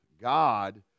God